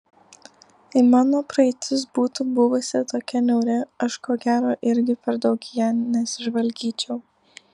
jei mano praeitis būtų buvusi tokia niauri aš ko gero irgi per daug į ją nesižvalgyčiau